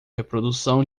reprodução